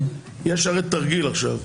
יש הרי תרגיל עכשיו.